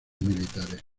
militares